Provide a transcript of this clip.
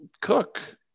Cook